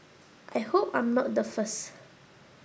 I hope I'm not the first